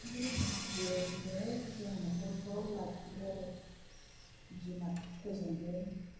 बेबायदिनो जों नखरखौ लाखियो आरो जुनारफोरजोंबो